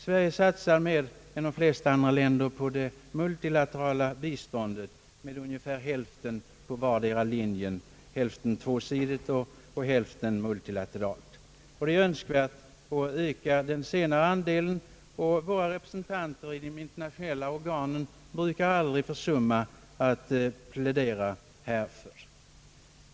Sverige satsar mer än de flesta länder på det multilaterala biståndet, med ungefär hälften på vardera linjen. Det är önskvärt att öka den multilaterala andelen, och våra representanter i de internationella organen brukar inte försumma att plädera härför.